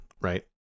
right